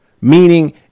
Meaning